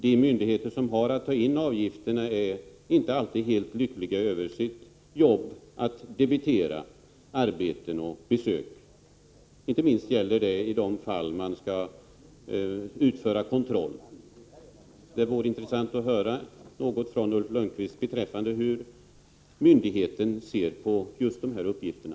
De myndigheter som har att ta in avgifterna är inte alltid helt lyckliga över sitt jobb att debitera arbeten och besök. Inte minst gäller det i de fall där man skall utföra kontroll. Det vore intressant att höra något från Ulf Lönnqvist beträffande hur myndigheten ser på just de här uppgifterna.